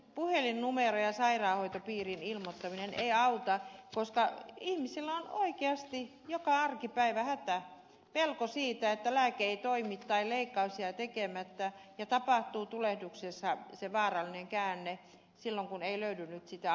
puhelinnumeron ja sairaanhoitopiirin ilmoittaminen ei auta koska ihmisillä on oikeasti joka arkipäivä hätä pelko siitä että lääke ei toimi tai leikkaus jää tekemättä ja tapahtuu tulehduksessa se vaarallinen käänne silloin kun ei löydy nyt sitä apua